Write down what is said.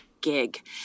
Gig